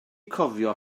cofio